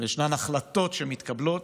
ישנן החלטות שמתקבלות,